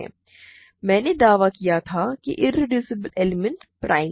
मैंने दावा किया था कि इरेड्यूसिबल एलिमेंट प्राइम है